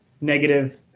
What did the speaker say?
negative